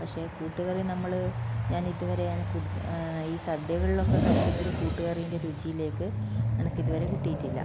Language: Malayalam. പക്ഷെ കൂട്ട് കറി നമ്മൾ ഞാൻ ഇത് വരെ എനിക്ക് ഈ സദ്യകളിലൊക്കെ കഴിക്കുന്ന ഒരു കൂട്ട്കറീൻ്റെ രുചിയിലേക്ക് എനിക്ക് ഇതുവരെ കിട്ടീട്ടില്ല